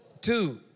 Two